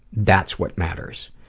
that's what matters.